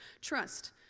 trust